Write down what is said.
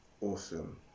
awesome